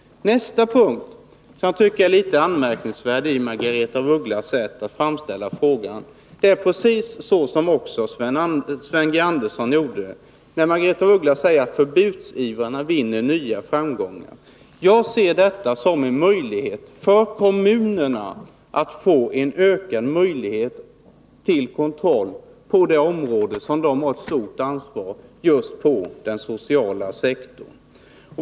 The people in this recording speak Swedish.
En annan sak som jag tycker är anmärkningsvärd i Margaretha af Ugglas sätt att diskutera den här frågan är att hon — vilket också Sven G. Andersson påtalade — säger att förbudsivrarna vinner nya framgångar. Jag ser det här förslaget som en möjlighet för kommunerna att få en förbättrad kontroll på just det område som de har ett stort ansvar för, nämligen den sociala sektorn.